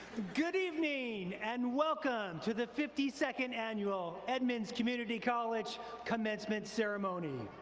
good evening, and welcome to the fifty second annual edmonds community college commencement ceremony.